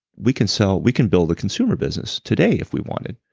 we can sell, we can build a consumer business, today if we wanted.